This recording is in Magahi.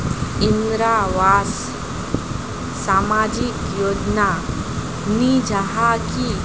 इंदरावास सामाजिक योजना नी जाहा की?